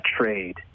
trade